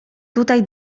tutaj